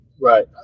Right